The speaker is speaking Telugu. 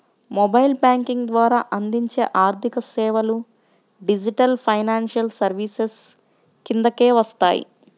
మొబైల్ బ్యేంకింగ్ ద్వారా అందించే ఆర్థికసేవలు డిజిటల్ ఫైనాన్షియల్ సర్వీసెస్ కిందకే వస్తాయి